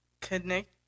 connect